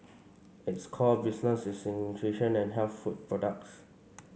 its core business is in nutrition and health food products